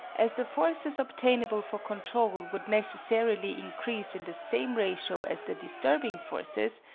as the forces obtainable for control would necessarily increase in the same ratio as the disturbing forces,